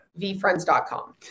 VFriends.com